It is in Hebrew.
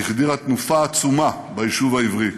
היא החדירה תנופה עצומה ביישוב העברי.